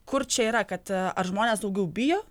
kur čia yra kad ar žmonės daugiau bijo